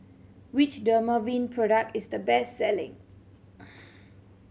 which Dermaveen product is the best selling